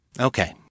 Okay